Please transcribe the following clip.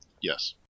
Yes